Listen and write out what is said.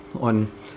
on